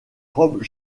robe